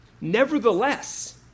Nevertheless